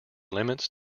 limits